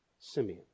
Simeon